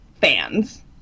fans